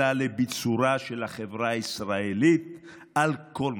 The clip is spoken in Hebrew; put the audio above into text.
אלא לביצורה של החברה הישראלית על כל מרכיביה.